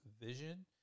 vision